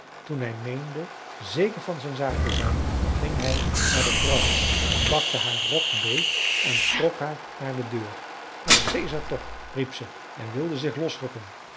toen hij meende zeker van zijn zaak te zijn ging hij naar de vrouw pakte haar rok beet en trok haar naar de deur maar caesar toch riep ze en wilde zich losrukken